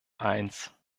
eins